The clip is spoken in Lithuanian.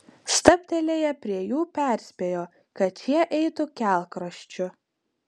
stabtelėję prie jų perspėjo kad šie eitų kelkraščiu